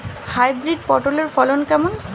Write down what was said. Hybrid পটলের ফলন কেমন?